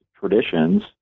traditions